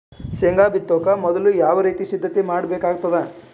ಶೇಂಗಾ ಬಿತ್ತೊಕ ಮೊದಲು ಯಾವ ರೀತಿ ಸಿದ್ಧತೆ ಮಾಡ್ಬೇಕಾಗತದ?